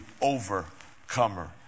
overcomer